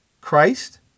Christ